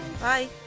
Bye